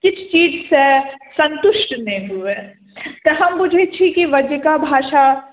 किछु चीज से संतुष्ट नहि हुए तऽ हम बुझैत छियै कि बज्जिका भाषा